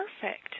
perfect